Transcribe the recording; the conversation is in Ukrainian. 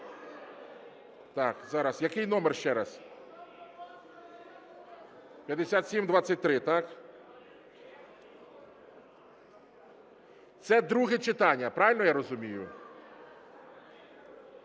Так, зараз, який номер, ще раз? 5723, так? Це друге читання, правильно я розумію?